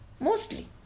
Mostly